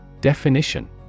Definition